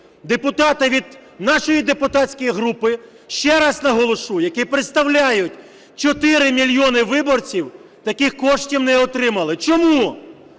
депутати від нашої депутатської групи, ще раз наголошу, які представляють 4 мільйони виборців, таких коштів не отримали. Чому?